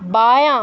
بایاں